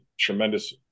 Tremendous